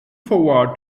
forward